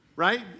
Right